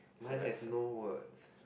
mine has no words